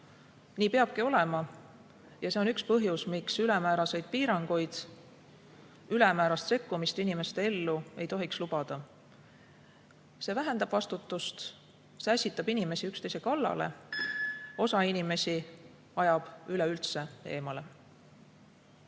Nii peabki olema. See on üks põhjus, miks ülemääraseid piiranguid, ülemäärast sekkumist inimeste ellu ei tohiks lubada. See vähendab vastutust, see ässitab inimesi üksteise kallale, osa inimesi ajab üleüldse eemale.